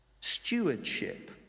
stewardship